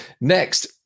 Next